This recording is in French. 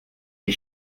des